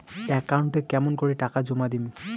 একাউন্টে কেমন করি টাকা জমা দিম?